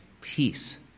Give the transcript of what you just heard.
peace